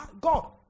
god